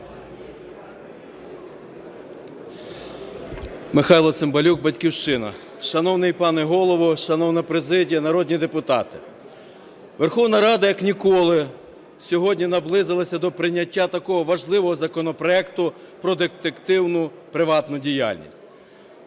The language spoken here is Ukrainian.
Михайло Цимбалюк, "Батьківщина". Шановний пане Голово, шановна президія, народні депутати! Верховна Рада, як ніколи, сьогодні наблизилася до прийняття такого важливого законопроекту про детективну приватну діяльність.